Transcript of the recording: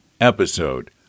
episode